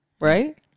right